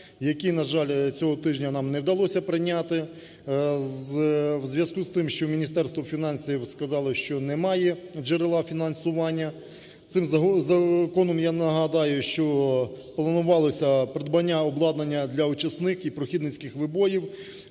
який, на жаль, цього тижня нам не вдалося прийняти в зв'язку з тим, що Міністерство фінансів сказало, що немає джерела фінансування. Цим законом, я нагадаю, що планувалося придбання обладнання для очисних і прохідницьких вибоїв,